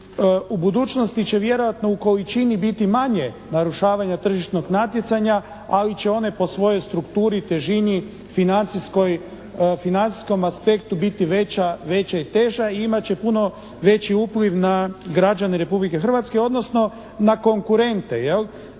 U budućnosti će vjerojatno u količini biti manje narušavanja tržišnog natjecanja, ali će one po svojoj strukturi i težini i financijskom aspektu biti veća i teža i imati će puno veći upliv na građane Republike Hrvatske, odnosno na konkurente